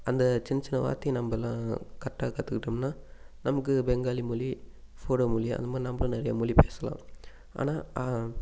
அந்த சின்ன சின்ன வார்த்தையை நம்பலாம் கரெக்டாக கற்றுக்கிட்டோம்னா நமக்கு பெங்காலி மொழி போடோ மொழி அந்தமாதிரி நிறைய நம்மளும் நெறைய மொழி பேசலாம் ஆனால்